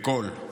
בקול,